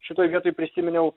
šitoj vietoj prisiminiau